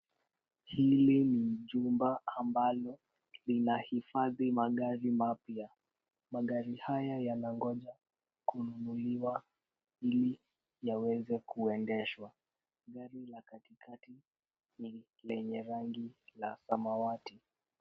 Hili ni jumba ambalo linahifadhi magari mapya. Magari haya yanangoja kununuliwa ili yaweze kuendeshwa. Gari la katikati ni lenye rangi ya samawati.